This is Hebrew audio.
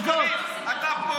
פה?